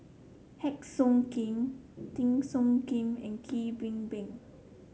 Heng Siok Tian Teo Soon Kim and Kwek Beng Beng